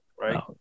right